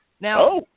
Now